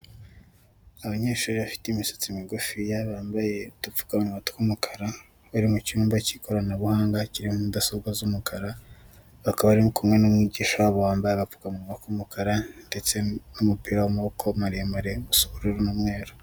Abanyeshuri bafite imisatsi migufiya barambaye udupfukamunwa tw'umukara, bari mu cyumba cy'ikoranabuhanga kirimo mudasobwa z'umukara, bakaba bari kumwe n'umwigisha wabo wambaye agapfukamanwa k'umukara ndetse n'umupira w'amaboko maremare usa ubururu n'umweruru.